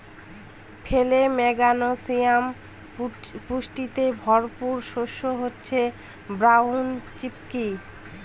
ফলে, ম্যাগনেসিয়াম পুষ্টিতে ভরপুর শস্য হচ্ছে ব্রাউন চিকপি